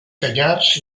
canyars